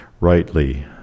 rightly